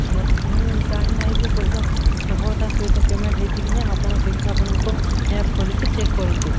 ମ ମୁଁ ଜାଣିନାହିଁ ଯେ ପଇସା ସଫଳତା ସହିତ ପେମେଣ୍ଟ ହେଇଛି କି ନାହିଁ ଆପଣ ଟିକେ ଆପଣଙ୍କ ଆପ୍ ଖୋଲିକି ଚେକ୍ କରନ୍ତୁ